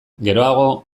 geroago